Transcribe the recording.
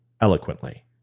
eloquently